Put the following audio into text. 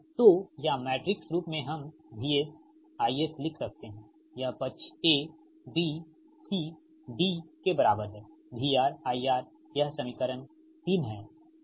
तो या मैट्रिक्स रूप में हम VS IS लिख सकते हैं यह पक्ष A B C D के बराबर है VR IR यह समीकरण 3 है